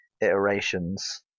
iterations